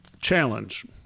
challenge